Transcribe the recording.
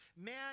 Man